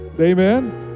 amen